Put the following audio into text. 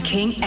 King